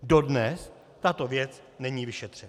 Dodnes tato věc není vyšetřena.